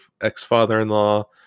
ex-father-in-law